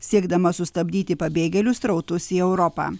siekdama sustabdyti pabėgėlių srautus į europą